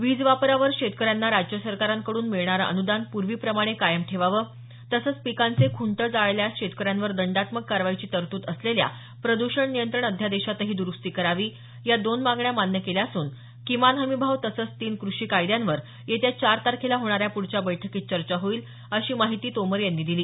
वीज वापरावर शेतकऱ्यांना राज्य सरकारांकडून मिळणारं अनुदान पूर्वीप्रमाणे कायम ठेवावं तसंच पिकांचे खुंट जाळल्यास शेतकऱ्यांवर दंडात्मक कारवाईची तरतूद असलेल्या प्रद्षण नियंत्रण अध्यादेशातही दुरुस्ती करावी या दोन मागण्या मान्य केल्या असून किमान हमी भाव तसंच तीन क्रेषी कायद्यांवर येत्या चार तारखेला होणाऱ्या प्रढच्या बैठकीत चर्चा होईल अशी माहिती तोमर यांनी दिली